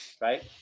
Right